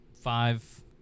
five